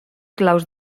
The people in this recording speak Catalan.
claus